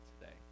today